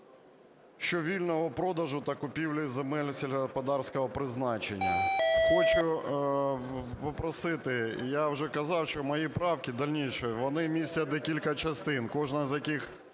щодо вільного продажу та купівлі земель сільськогосподарського призначення". Хочу попросити. Я вже казав, що мої правки дальнейшие, вони містять декілька частин, кожна з яких